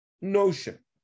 notion